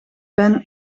ben